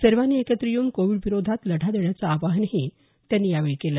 सर्वांनी एकत्र येऊन कोविड विरोधात लढा देण्याचं आवाहनही त्यांनी यावेळी केलं